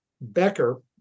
becker